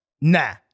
Nah